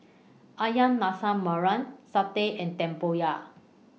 Ayam Masak Merah Satay and Tempoyak